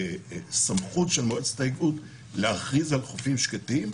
בסמכות של מועצת האיגוד להכריז על חופים שקטים,